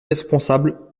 responsables